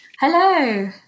Hello